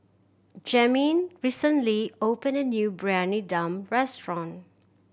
Jamin recently opened a new Briyani Dum restaurant